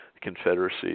Confederacy